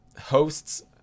hosts